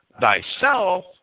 thyself